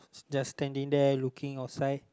just standing there looking outside